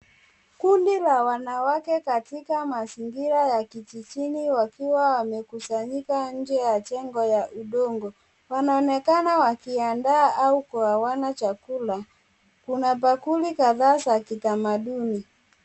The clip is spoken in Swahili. Kundi la wanawake katika mazingira ya kijijini wakiwa wamekusanyika nje ya jengo la udongo. Wanaonekana wakiandaa au kugawana chakula. Kuna bakuli kadhaa za kitamaduni.